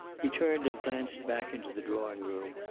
he turned and glanced back into the drawing-room,